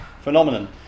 phenomenon